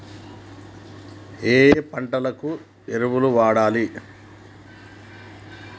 ఏయే పంటకు ఏ ఎరువులు వాడాలి?